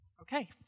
Okay